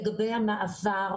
לגבי המעבר,